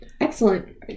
Excellent